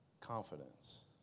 confidence